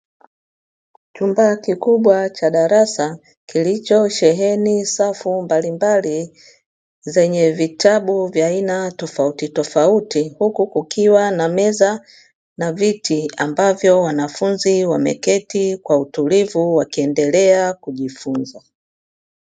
Chumba kikubwa cha darasa kilichosheheni safu mbalimbali zenye vitabu vya aina tofautitofauti, huku kukiwa na meza na viti ambavyo wanafunzi wameketi kwa utulivu wakiendelea kujifunza.